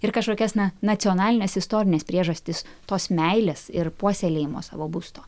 ir kažkokias na nacionalines istorines priežastis tos meilės ir puoselėjimo savo būsto